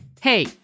Hey